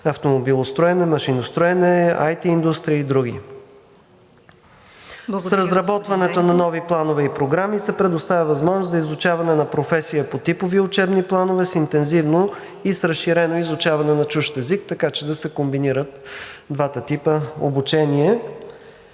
автомобилостроене, машиностроене, IT индустрия и други. С разработването на нови планове и програми се предоставя възможност за изучаване на професии по типови учебни планове с интензивно и с разширено изучаване на чужд език, така че да се комбинират двата типа обучение.